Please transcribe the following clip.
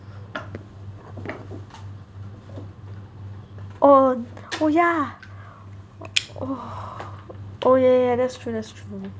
oh oh yeah oh yeah yeah that's true that's true